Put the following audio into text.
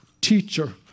teacher